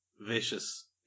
vicious